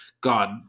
God